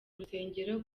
urusengero